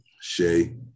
Shay